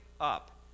up